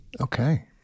Okay